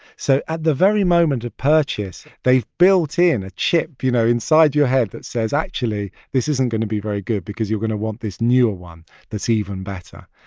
so at the very moment of purchase, they've built in a chip, you know, inside your head that says, actually, this isn't going to be very good because you're going to want this newer one that's even better.